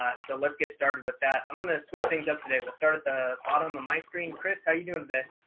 ah so let's get started with that. i'm going to switch things up today. we'll start at the bottom of my screen. chris, how you doing today?